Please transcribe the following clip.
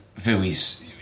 Vui's